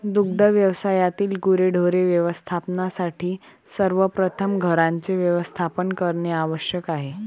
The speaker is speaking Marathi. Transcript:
दुग्ध व्यवसायातील गुरेढोरे व्यवस्थापनासाठी सर्वप्रथम घरांचे व्यवस्थापन करणे आवश्यक आहे